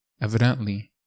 Evidently